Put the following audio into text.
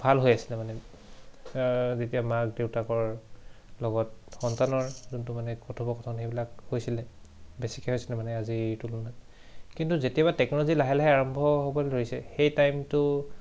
ভাল হৈ আছিলে মানে যেতিয়া মাক দেউতাকৰ লগত সন্তানৰ যোনটো মানে কথোপকথন সেইবিলাক হৈছিলে বেছিকৈ হৈছিলে মানে আজিৰ তুলনাত কিন্তু যেতিয়া পা টেকন'লজি লাহে লাহে আৰম্ভ হ'বলৈ ধৰিছে সেই টাইমটো